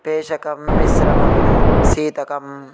पेषकं मिश्रमं शीतकम्